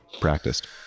practiced